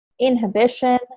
inhibition